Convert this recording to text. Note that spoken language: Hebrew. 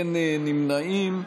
אין נמנעים.